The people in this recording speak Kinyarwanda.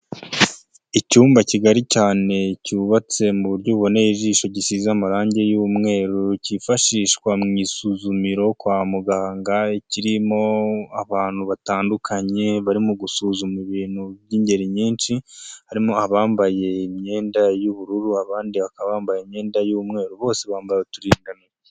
Icyumba kigari cyane cyubatse mu buryo buboneye ijisho gisize amarangi y'umweru cyifashishwa mu isuzumiro kwa muganga, kirimo abantu batandukanye barimo gusuzuma ibintu by'ingeri nyinshi, harimo abambaye imyenda y'ubururu, abandi bakaba bambaye imyenda y'umweru bose bambaye uturindantoki.